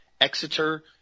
Exeter